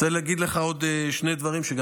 אני